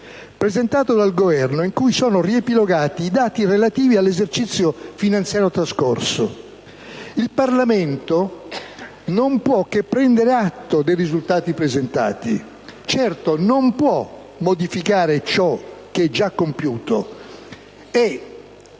presentato dal Governo in cui sono riepilogati i dati relativi all'esercizio trascorso. Il Parlamento non può che prendere atto dei risultati presentati. Certo, non può modificare ciò che è già compiuto e,»